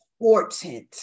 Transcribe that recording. important